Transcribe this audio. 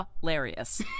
hilarious